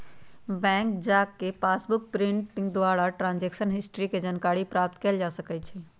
bank जा कऽ passbook printing द्वारा ट्रांजैक्शन हिस्ट्री के जानकारी प्राप्त कएल जा सकइ छै